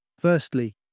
Firstly